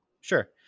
Sure